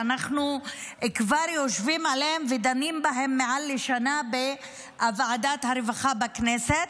שאנחנו כבר יושבים עליהן ודנים בהן מעל לשנה בוועדת הרווחה בכנסת,